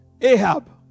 Ahab